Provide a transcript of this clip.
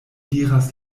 diras